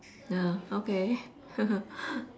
okay